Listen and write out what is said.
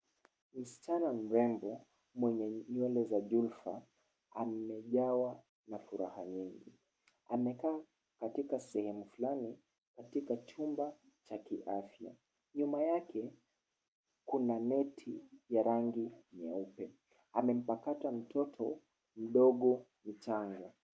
Msichana mrembo mwenye nywele za jufra amejawa na furaha nyingi. Amekaa katiaka shemu fulani katika chumba cha kiafya. Nyuma yake kuna neti ya rangi nyeupe amempakata mtoto mdogo mchanga.